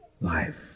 life